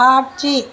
காட்சி